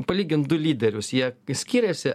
palygint du lyderius jie skiriasi